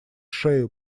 шею